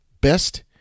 best